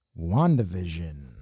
WandaVision